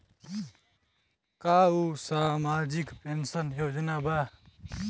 का उ सामाजिक पेंशन योजना बा?